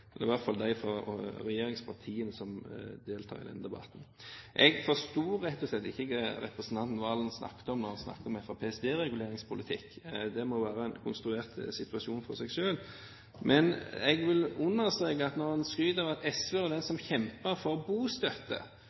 seg – i hvert fall de fra regjeringspartiene som deltar i denne debatten. Jeg forsto rett og slett ikke hva representanten Serigstad Valen snakket om da han snakket om Fremskrittspartiets dereguleringspolitikk. Det må være en konstruert situasjon. Men når han skryter av at SV var det partiet som kjempet for bostøtte,